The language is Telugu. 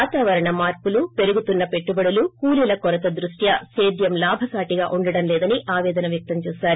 వాతావరణ మార్పుల నేపథ్యంలో పెరుగుతున్న పెట్టుబడులు కూలీల కొరత దృష్ట్యా సద్యం లాభసాటిగా ఉండటం లేదని ఆపేదన వ్యక్తం చేశారు